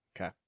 Okay